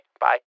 bye